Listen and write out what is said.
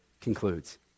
concludes